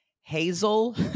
Hazel